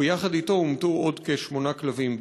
וביחד אתו הומתו עוד כשמונה כלבים.